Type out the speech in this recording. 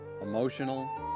emotional